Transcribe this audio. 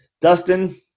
Dustin